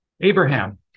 Abraham